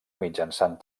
mitjançant